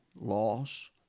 loss